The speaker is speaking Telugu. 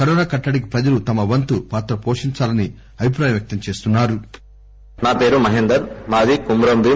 కరోనా కట్టడికి ప్రజలు తమ వంతు పాత్ర పోషించాలని అభిప్రాయం వ్యక్తం చేస్తున్నా రు